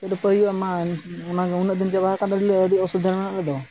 ᱪᱮᱫ ᱩᱯᱟᱹᱭ ᱦᱩᱭᱩᱜᱼᱟ ᱢᱟ ᱚᱱᱟ ᱜᱮ ᱩᱱᱟᱹᱜ ᱫᱤᱱ ᱪᱟᱵᱟ ᱟᱠᱟᱱ ᱫᱚ ᱟᱹᱰᱤ ᱞᱮ ᱟᱹᱰᱤ ᱚᱥᱩᱵᱤᱫᱷᱟ ᱨᱮ ᱢᱮᱱᱟᱜ ᱞᱮᱫᱚ